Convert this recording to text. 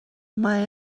mae